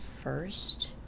first